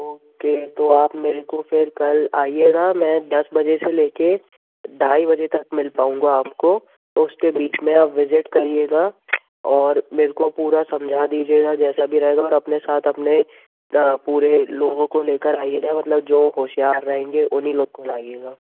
ओ के तो आप मेरे को फिर कल आईएगा मैं दस बजे से लेकर ढाई बजे तक मिल पाऊँगा आपको उसके बीच में आप विज़िट करिएगा और मेरे को पूरा समझा दीजिएगा जैसा भी रहेगा और अपने साथ अपने पूरे लोगों को लेकर आईएगा मतलब जो होशियार रहेंगे उन्हीं लोग को लाइएगा